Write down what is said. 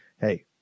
Hey